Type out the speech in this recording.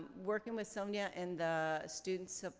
working with sonya in the student so